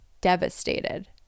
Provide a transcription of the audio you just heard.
devastated